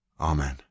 Amen